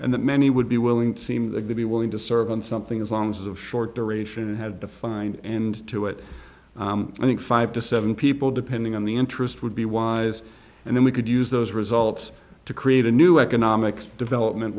and that many would be willing to seem to be willing to serve on something as long as of short duration and have defined end to it i think five to seven people depending on the interest would be wise and then we could use those results to create a new economic development